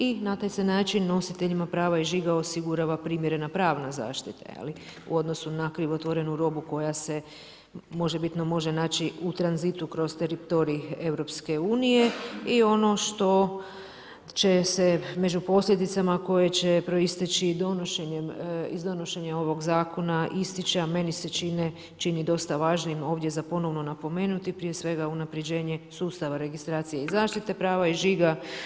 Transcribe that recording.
I na taj se način nositeljima prava i žiga osigurava primjerena pravna zaštita u odnosu na krivotvorenu robu koja se možebitno može naći u tranzitu kroz teritorij Europske unije i ono što će se među posljedicama koje će proisteći iz donošenja ovoga Zakona ističe, a meni se čini dosta važnim ovdje za ponovno napomenuti prije svega, unapređenje sustava registracije i zaštite prava iz žiga.